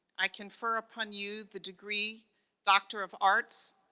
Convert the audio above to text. i confer upon you the degree doctor of arts,